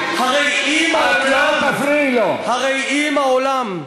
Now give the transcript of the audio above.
הרי אם העולם,